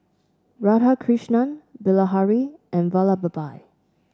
Radhakrishnan Bilahari and Vallabhbhai